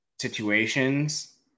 situations